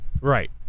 Right